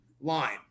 line